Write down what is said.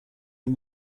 این